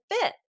fit